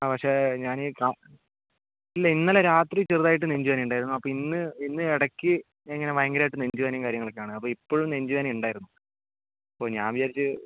പക്ഷേ ഞാൻ ഈ ഇല്ല ഇന്നലെ രാത്രി ചെറുതായിട്ട് നെഞ്ചുവേദന ഉണ്ടായിരുന്നു അപ്പോൾ ഇന്ന് ഇന്ന് ഇടയ്ക്ക് ഇങ്ങനെ ഭയങ്കരമായിട്ട് നെഞ്ചുവേദനയും കാര്യങ്ങളൊക്കെ ആണ് അപ്പോൾ ഇപ്പോഴും നെഞ്ചുവേദന ഉണ്ടായിരുന്നു അപ്പോൾ ഞാൻ വിചാരിച്ചു